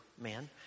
man